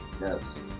yes